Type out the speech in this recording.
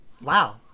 Wow